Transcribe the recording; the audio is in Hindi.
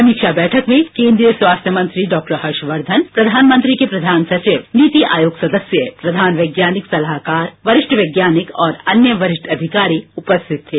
समीक्षा बैठक में केन्द्रीय स्वास्थ्य मंत्री डॉक्टर हर्षवर्धन प्रधानमंत्री के प्रधान सचिव नीति आयोग सदस्य प्रधान वैज्ञानिक सलाहकार वरिष्ठ वैज्ञानिक और अन्य वरिष्ठ अधिकारी उपस्थित थे